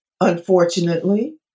unfortunately